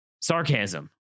sarcasm